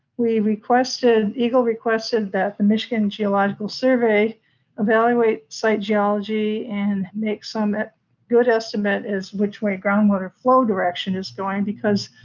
we requested, egle requested that the michigan geological survey evaluate site geology and make some good estimate as which way groundwater flow direction is going, because